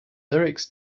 lyrics